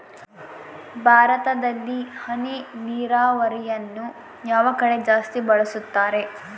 ಭಾರತದಲ್ಲಿ ಹನಿ ನೇರಾವರಿಯನ್ನು ಯಾವ ಕಡೆ ಜಾಸ್ತಿ ಬಳಸುತ್ತಾರೆ?